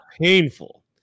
painful